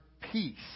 peace